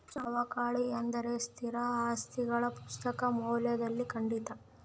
ಸವಕಳಿ ಎಂದರೆ ಸ್ಥಿರ ಆಸ್ತಿಗಳ ಪುಸ್ತಕ ಮೌಲ್ಯದಲ್ಲಿನ ಕಡಿತ